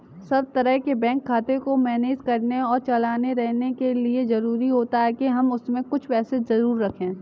सब तरह के बैंक खाते को मैनेज करने और चलाते रहने के लिए जरुरी होता है के हम उसमें कुछ पैसे जरूर रखे